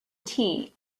tea